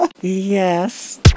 Yes